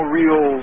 real